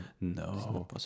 no